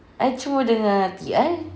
I cuma dengar T_I